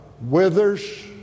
withers